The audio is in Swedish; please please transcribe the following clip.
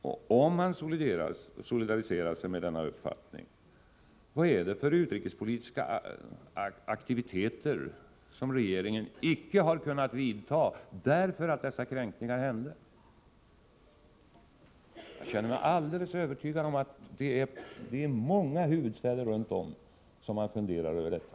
Och om han solidariserar sig med denna uppfattning, vad är det då för utrikespolitiska aktiviteter som regeringen icke har kunnat vidta därför att dessa kränkningar ägde rum? Jag känner mig alldeles övertygad om att det är i många huvudstäder som man funderar över detta.